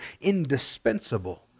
indispensable